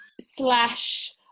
slash